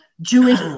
Jewish